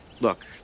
Look